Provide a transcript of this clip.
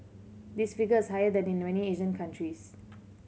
this figure is higher than in many Asian countries